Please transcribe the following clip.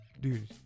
dude